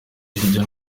hirya